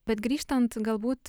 bet grįžtant galbūt